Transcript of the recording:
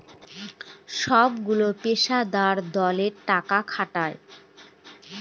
সবগুলো পেশাদার দালালেরা টাকা খাটায়